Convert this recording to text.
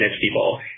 people